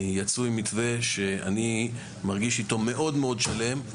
יצאו עם מתווה שאני מרגיש איתו מאוד מאוד שלם.